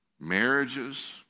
marriages